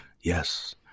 yes